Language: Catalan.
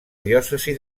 diòcesi